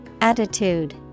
Attitude